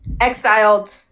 exiled